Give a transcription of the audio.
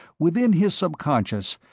within his subconscious,